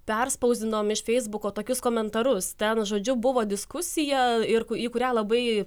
perspausdinom iš feisbuko tokius komentarus ten žodžiu buvo diskusija ir į kurią labai